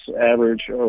average